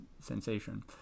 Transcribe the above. sensation